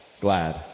glad